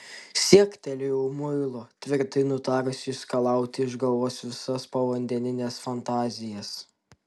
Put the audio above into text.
siektelėjau muilo tvirtai nutarusi išskalauti iš galvos visas povandenines fantazijas